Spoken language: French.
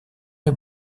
les